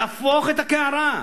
להפוך את הקערה,